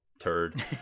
turd